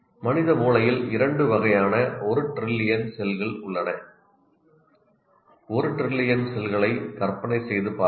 மனித மூளையில் இரண்டு வகைகளாக ஒரு டிரில்லியன் செல்கள் உள்ளன ஒரு டிரில்லியன் செல்களை கற்பனை செய்து பாருங்கள்